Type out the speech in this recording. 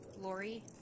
Lori